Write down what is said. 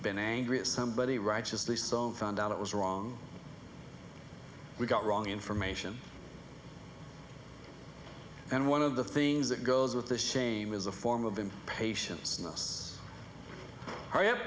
been angry at somebody righteously so found out it was wrong we got wrong information and one of the things that goes with the shame is a form of impatience